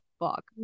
fuck